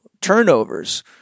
turnovers